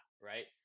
right